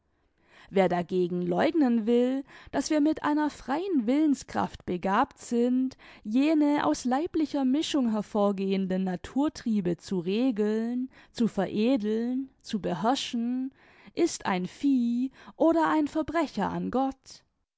wer dagegen läugnen will daß wir mit einer freien willenskraft begabt sind jene aus leiblicher mischung hervorgehenden naturtriebe zu regeln zu veredeln zu beherrschen ist ein vieh oder ein verbrecher an gott